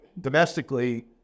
Domestically